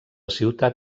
ciutat